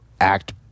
act